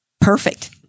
Perfect